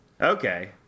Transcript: Okay